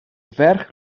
ferch